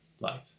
life